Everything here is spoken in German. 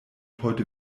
heute